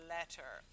Letter